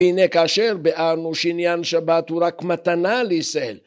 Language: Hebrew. הנה כאשר ביארנו שעניין שבת הוא רק מתנה לישראל